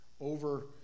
over